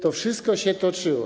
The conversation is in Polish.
To wszytko się toczyło.